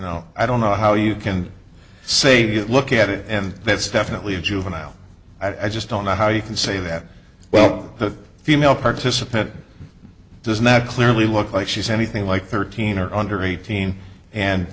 know i don't know how you can say you look at it and that's definitely a juvenile i just don't know how you can say that well the female participant does not clearly look like she's anything like thirteen or under eighteen and